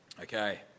Okay